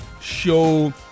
show